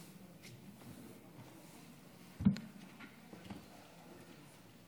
חבריי חברי הכנסת, ישנם